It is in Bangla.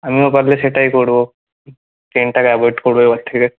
আমিও পারলে সেটাই করবো ট্রেনটাকে অ্যাভয়েড করবো এবার থেকে